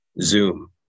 Zoom